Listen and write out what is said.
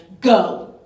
Go